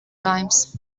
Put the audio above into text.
times